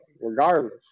regardless